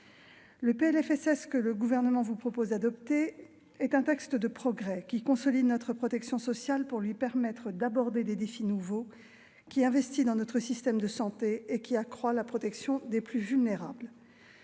sociale que le Gouvernement vous propose d'adopter est un texte de progrès, qui consolide notre protection sociale pour lui permettre d'aborder des défis nouveaux, qui investit dans notre système de santé et qui accroît la protection des plus vulnérables.